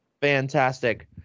fantastic